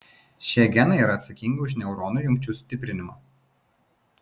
šie genai yra atsakingi už neuronų jungčių stiprinimą